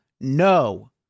No